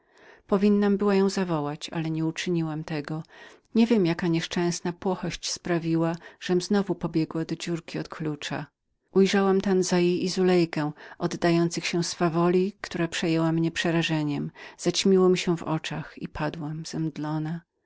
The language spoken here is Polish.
powinnam była ją zawołać ale nie uczyniłam tego nie wiem jaka nieszczęsna płochość sprawiła żem znowu pobiegła do dziurki od klucza ujrzałam zulejkę w objęciach kochanka zaćmiło mi się w oczach i padłam zemdlona